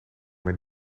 mijn